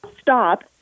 stop